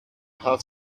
how